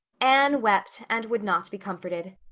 anne wept and would not be comforted.